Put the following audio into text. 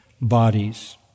bodies